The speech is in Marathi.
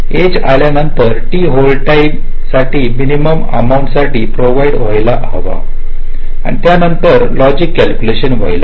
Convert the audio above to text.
एज आल्यानंतर टी होल्ड टाईम साठी मिनिमम अमाऊिंट साठी प्रोव्हाइिड करायला हवे आणि त्यानिंतरच लॉजिक कॅल्क्युलेशन व्हायला हवे